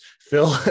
Phil